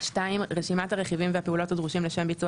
רשימת הרכיבים והפעולות הדרושים לשם ביצוע